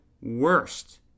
worst